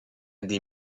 des